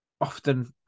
often